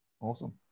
Awesome